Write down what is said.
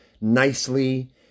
nicely